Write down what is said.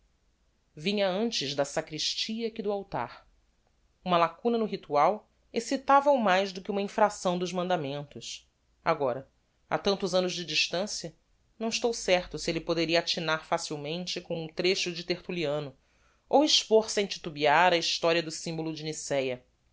vinha antes da sacristia que do altar uma lacuna no ritual excitava-o mais do que uma infracção dos mandamentos agora a tantos annos de distancia não estou certo se elle poderia atinar facilmente com um trecho de tertuliano ou expor sem titubear a historia do symbolo de nicéa